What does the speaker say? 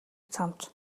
цамц